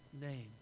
name